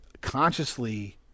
consciously